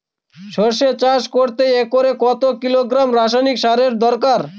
সরষে চাষ করতে একরে কত কিলোগ্রাম রাসায়নি সারের দরকার?